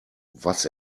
was